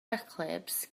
eclipse